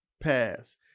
pass